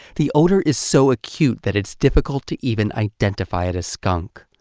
the odor is so acute that it's difficult to even identify it as skunk.